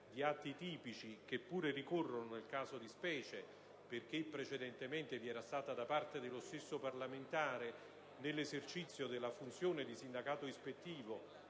di atti tipici, che pure ricorrono nel caso di specie: precedentemente vi era stata da parte dello stesso parlamentare, nell'esercizio della funzione di sindacato ispettivo,